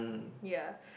ya